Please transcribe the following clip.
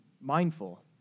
mindful